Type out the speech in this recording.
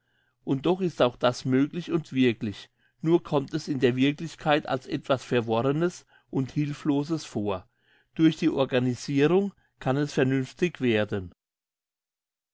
und doch ist auch das möglich und wirklich nur kommt es in der wirklichkeit als etwas verworrenes und hilfloses vor durch die organisirung kann es vernünftig werden